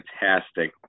fantastic